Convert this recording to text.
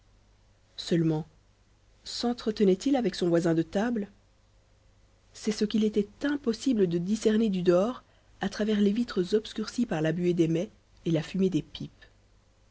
seulement sentretenait il avec son voisin de table c'est ce qu'il était impossible de discerner du dehors à travers les vitres obscurcies par la buée des mets et la fumée des pipes